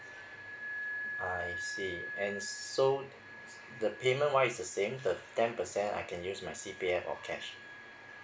I see and so the payment wise is the same the ten percent I can use my C P F or cash